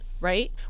right